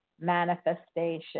manifestation